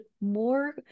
more